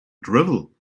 drivel